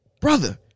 brother